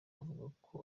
avugako